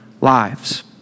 lives